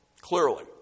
Clearly